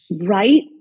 right